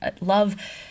love